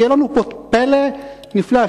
יהיה לנו פלא נפלא,